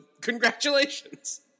congratulations